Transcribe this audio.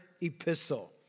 epistle